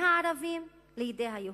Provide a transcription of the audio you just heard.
מהערבים לידי היהודים?